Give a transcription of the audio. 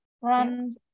run